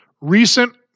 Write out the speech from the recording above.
recent